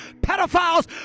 pedophiles